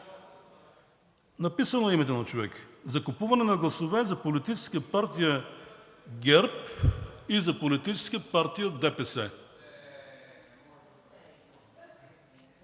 Написано е името на човека – за купуване на гласове за Политическа партия ГЕРБ и за Политическа партия ДПС.